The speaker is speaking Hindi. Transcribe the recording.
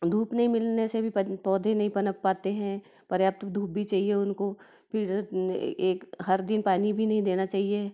धूप नहीं मिलने से भी पद पौधे नहीं पनप पाते हैं पर्याप्त धूप भी चाहिए उनको फिर एक हर दिन पानी भी नहीं देना चहिए